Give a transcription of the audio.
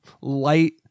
light